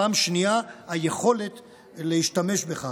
פעם שנייה מהיכולת להשתמש בכך.